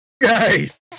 guys